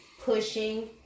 pushing